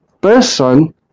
person